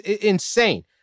insane